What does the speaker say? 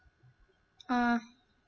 uh